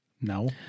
No